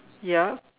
ya